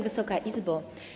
Wysoka Izbo!